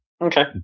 Okay